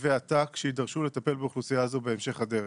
תקציבי עתק שיידרשו לטפל באוכלוסייה הזו בהמשך הדרך.